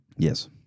Yes